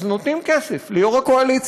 אז נותנים כסף ליושב-ראש הקואליציה.